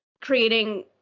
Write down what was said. creating